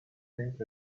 think